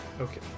Okay